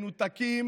מנותקים